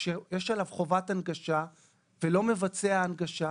שיש עליו חובת הנגשה ולא מבצע הנגשה,